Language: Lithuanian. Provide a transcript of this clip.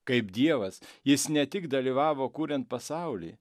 kaip dievas jis ne tik dalyvavo kuriant pasaulį